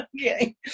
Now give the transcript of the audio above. okay